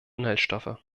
inhaltsstoffe